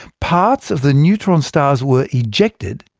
parts of the neutron stars were ejected,